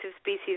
species